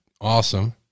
Awesome